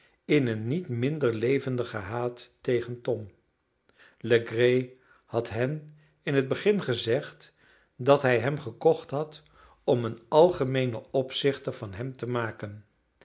in een niet minder levendigen haat tegen tom legree had hen in het begin gezegd dat hij hem gekocht had om een algemeenen opzichter van hem te maken